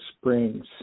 Springs